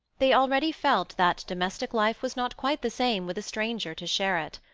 they already felt that domestic life was not quite the same with a stranger to share it.